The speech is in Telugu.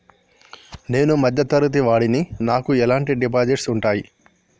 నేను మధ్య తరగతి వాడిని నాకు ఎటువంటి డిపాజిట్లు ఉంటయ్?